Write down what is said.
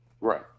Right